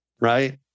right